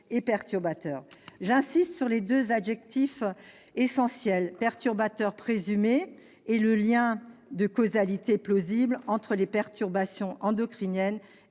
et perturbateur. J'insiste sur ces deux adjectifs essentiels : perturbateurs « présumés » et lien de causalité « plausible » entre la perturbation endocrinienne